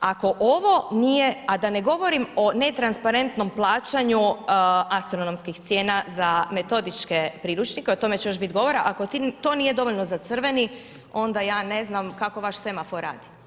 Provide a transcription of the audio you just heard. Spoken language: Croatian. Ako ovo nije, a da ne govorim o netransparentnom plaćanju astronomskih cijena za metodičke priručnike, o tome će još bit govora, ako to nije dovoljno za crveni, onda ja ne znam kako vaš semafor radi.